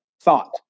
thought